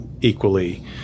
equally